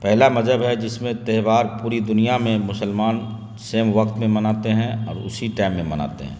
پہلا مذہب ہے جس میں تہوار پوری دنیا میں مسلمان سیم وقت میں مناتے ہیں اور اسی ٹائم میں مناتے ہیں